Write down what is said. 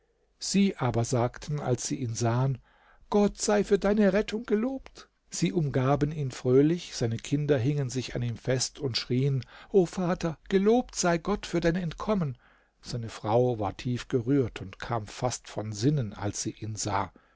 sie aber sagten als sie ihn sahen gott sei für deine rettung gelobt sie umgaben ihn fröhlich seine kinder hingen sich an ihm fest und schrieen o vater gelobt sei gott für dein entkommen seine frau war tief gerührt und kam fast von sinnen als sie ihn sah